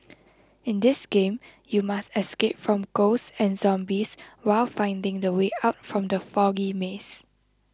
in this game you must escape from ghosts and zombies while finding the way out from the foggy maze